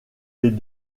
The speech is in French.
les